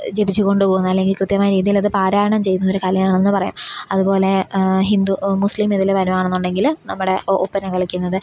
ജപിച്ചു കൊണ്ട് പോകുന്നത് അല്ലെങ്കിൽ കൃത്യമായ രീതിയിലത് പാരായണം ചെയ്യുന്നതൊരു കലയാണെന്ന് പറയാം അതുപോലെ ഹിന്ദു മുസ്ലിമിതിൽ വരുകയാണെന്നുണ്ടെങ്കിൽ നമ്മുടെ ഒപ്പന കളിക്കുന്നത്